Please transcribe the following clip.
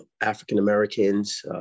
African-Americans